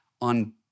on